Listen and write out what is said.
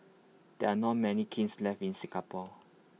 there are not many kilns left in Singapore